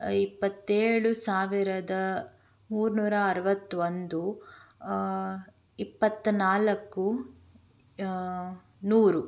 ಇಪ್ಪತ್ತೇಳು ಸಾವಿರದ ಮೂರುನೂರ ಅರವತ್ತೊಂದು ಇಪ್ಪತ್ತ ನಾಲ್ಕು ನೂರು